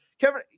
Kevin